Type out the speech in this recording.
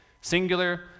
Singular